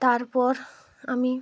তারপর আমি